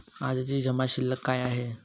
आजची जमा शिल्लक काय आहे?